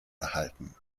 erhalten